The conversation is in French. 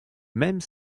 même